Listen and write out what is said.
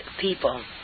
people